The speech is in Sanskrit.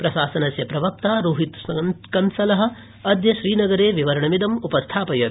प्रशासनस्य प्रवक्ता रोहितकंसल अद्य श्रीनगरे विवरणमिदं उपस्थापयत्